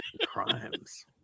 Crimes